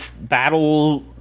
battle